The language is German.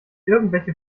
irgendwelche